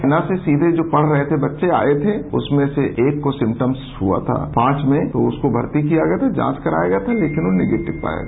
यहां से जो पढ़ रहे थे बच्चे सीधे आए थे उसमें से एक को सिम्टम हुआ था पांच में तो उसको भर्ती किया गया था जांच कराया गया था जो निगेटिव पाया गया